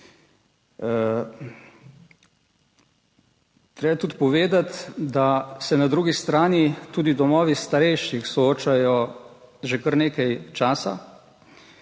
Treba je tudi povedati, da se na drugi strani tudi domovi starejših soočajo že kar nekaj časa,